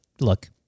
look